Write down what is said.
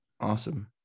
Awesome